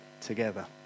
together